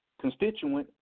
constituent